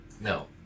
No